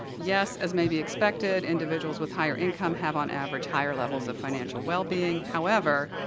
yes, as may be expected, individuals with higher income have, on average, higher levels of financial wellbeing however,